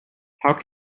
how